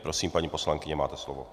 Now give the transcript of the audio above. Prosím, paní poslankyně, máte slovo.